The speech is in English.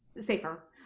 safer